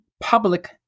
public